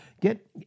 get